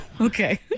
Okay